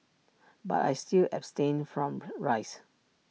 but I still abstain from rice